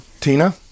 Tina